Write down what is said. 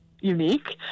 unique